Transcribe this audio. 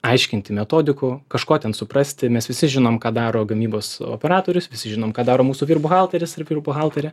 aiškinti metodikų kažko ten suprasti mes visi žinom ką daro gamybos operatorius visi žinom ką daro mūsų vyr buhalteris ar vyr buhalterė